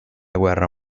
guerra